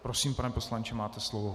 Prosím, pane poslanče, máte slovo.